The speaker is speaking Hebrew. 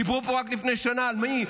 דיברו פה רק לפני שנה, על מי?